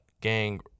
gang